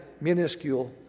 minuscule